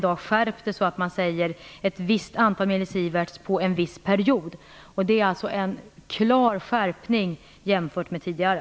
Nu är det ett visst antal mSv under en viss period. Det är alltså en klar skärpning jämfört med tidigare.